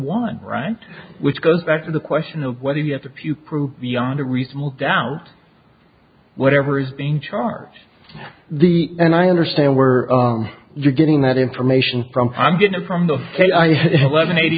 wind right which goes back to the question of whether you have a few prove beyond a reasonable doubt whatever is being charged the and i understand where you're getting that information from i'm getting from the eleven eighty